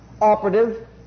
operative